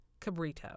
cabrito